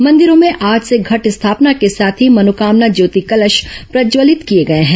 मंदिरों में आज से घट स्थापना के साथ ही मनोकामना ज्योति कलश प्रज्जवलित किए गए हैं